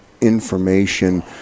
information